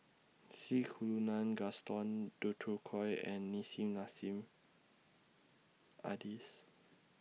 C Kunalan Gaston Dutronquoy and Nissim Nassim Adis